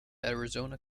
arizona